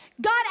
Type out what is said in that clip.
god